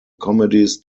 comedies